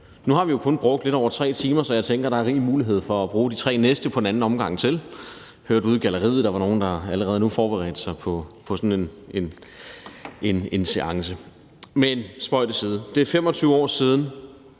Nu har vi jo kun brugt lidt over 3 timer, så jeg tænker, der er rig mulighed for at bruge de næste 3 timer på en omgang mere. Jeg hørte ude i galleriet, at der var nogen, der allerede nu forberedte sig på sådan en seance – men spøg til side. Det er 25 år siden,